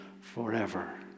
forever